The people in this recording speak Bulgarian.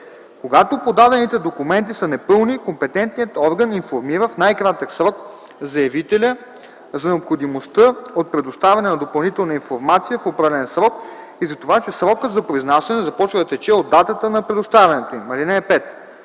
Когато подадените документи са непълни, компетентният орган информира в най-кратък срок заявителя за необходимостта от предоставяне на допълнителна информация в определен срок и за това, че срокът за произнасяне започва да тече от датата на предоставянето им.